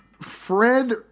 Fred